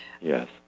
Yes